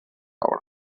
obra